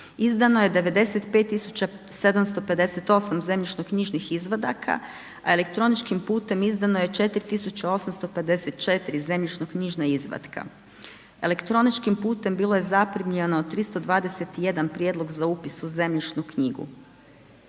Izdano je 95 758 zemljišnoknjižnih izvadaka, elektroničkim putem izdano je 4 854 zemljišnoknjižna izvatka. Elektroničkim putem bilo je zaprimljeno 321 prijedlog za upis u zemljišnu knjigu.